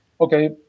Okay